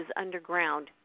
underground